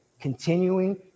continuing